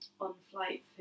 on-flight